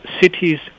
cities